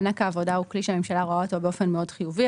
מענק העבודה הוא כלי שהממשלה ראוה אותו באופן מאוד חיובי,